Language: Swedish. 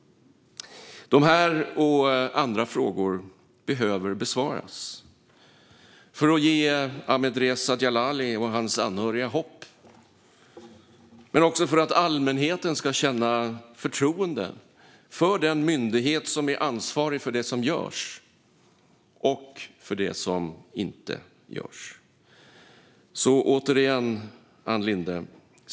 De här och andra frågor behöver besvaras för att ge Ahmadreza Djalali och hans anhöriga hopp, men också för att allmänheten ska känna förtroende för den myndighet som är ansvarig för det som görs - och för det som inte görs.